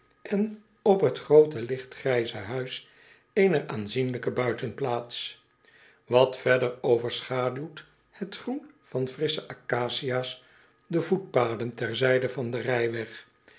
en op het groote ligtgrijze huis eener aanzienlijke buitenplaats wat verder overschaduwt het groen van frissche accacia's de voetpaden ter zijde van den rijweg